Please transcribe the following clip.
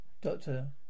doctor